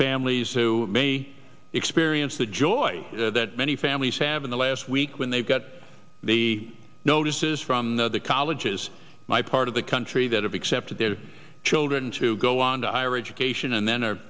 families to maybe experience the joy that many families have in the last week when they've got the notices from the the colleges my part of the country that have accepted their children to go on to higher education and then